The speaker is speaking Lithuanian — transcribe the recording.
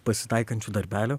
pasitaikančių darbelių